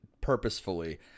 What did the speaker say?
purposefully